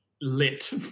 lit